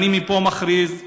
ואני מכריז מפה: